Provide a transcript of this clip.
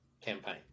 campaign